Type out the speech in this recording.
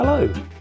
Hello